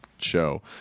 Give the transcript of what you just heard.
show